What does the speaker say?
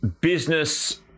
business